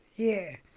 yeah.